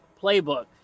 Playbook